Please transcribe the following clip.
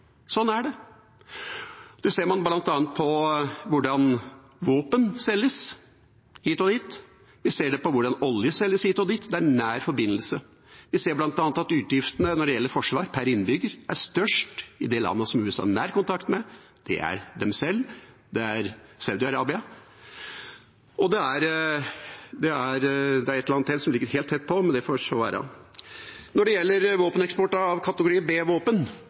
Sånn er det. Det ser man bl.a. på hvordan våpen selges hit og dit, og på hvordan olje selges hit og dit. Det er en nær forbindelse. Vi ser bl.a. at utgiftene til forsvar per innbygger er størst i de landene som USA har nærkontakt med. Det er de selv, det er Saudi-Arabia, og det er et land til som ligger helt tett på, men det får så være. Når det gjelder våpeneksport av kategori